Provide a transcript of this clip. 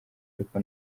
ariko